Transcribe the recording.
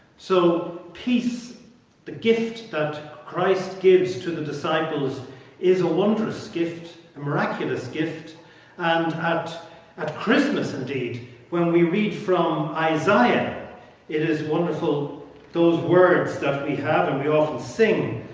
so peace the gift that christ gives to the disciples is a wondrous gift, a miraculous gift and at a christmas indeed when we read from isaiah it is wonderful those words that we have and we often sing,